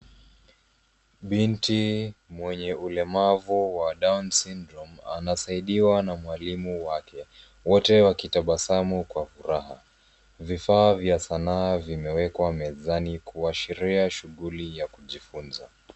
Binti mwenye ulemavu wa Down syndrome anasaidiwa na mwalimu wake wote wakitabasamu kwa furaha, vifaa vya sanaa vimewekwa mezani kuashiria shuguli ya kujifunza.